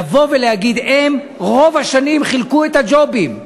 לבוא ולהגיד: הם רוב השנים חילקו את הג'ובים?